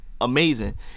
amazing